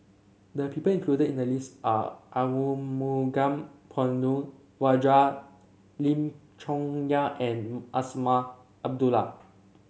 the people included in the list are Arumugam Ponnu Rajah Lim Chong Yah and Azman Abdullah